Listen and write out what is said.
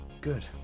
Good